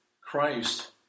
Christ